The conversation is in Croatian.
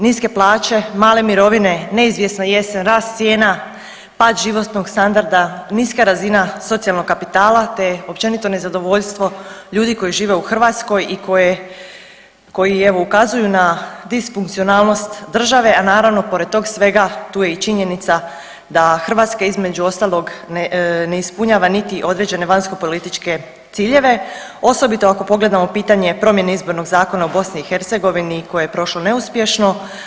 Niske plaće, male mirovine, neizvjesna jesen, rast cijena, pad životnog standarda, niska razina socijalnog kapitala te općenito nezadovoljstvo ljudi koji žive u Hrvatskoj i koje, koji evo ukazuju na disfunkcionalnost države, a naravno pored tog svega tu je i činjenica da Hrvatska između ostalog ne ispunjava niti određene vanjskopolitičke ciljeve osobito ako pogledamo pitanje promjene izbornog zakona u BiH koje je prošlo neuspješno.